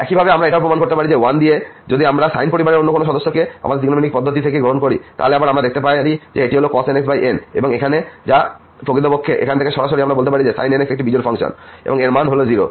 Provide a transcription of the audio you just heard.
একইভাবে আমরা এটাও প্রমাণ করতে পারি যে 1 দিয়ে যদি আমরা সাইন পরিবারের অন্য কোন সদস্যকে আমাদের ত্রিকোণমিতিক পদ্ধতি থেকে গ্রহণ করি তাহলে আবার আমরা দেখতে পারি যে এটি হল cos nx n এবং এখানে বা প্রকৃতপক্ষে এখান থেকে সরাসরি আমরা বলতে পারি sin nx একটি বিজোড় ফাংশন এবং মান হল 0